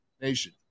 nation